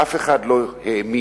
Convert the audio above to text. אף אחד לא האמין